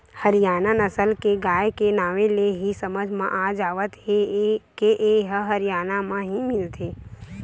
हरियाना नसल के गाय के नांवे ले ही समझ म आ जावत हे के ए ह हरयाना म ही मिलथे